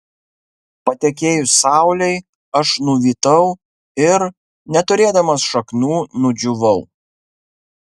patekėjus saulei aš nuvytau ir neturėdamas šaknų nudžiūvau